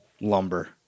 lumber